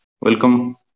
welcome